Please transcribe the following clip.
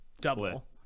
double